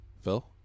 Phil